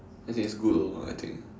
as in it's good also I think